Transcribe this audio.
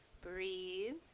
Breathe